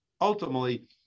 ultimately